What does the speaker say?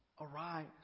Arise